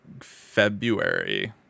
February